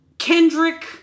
Kendrick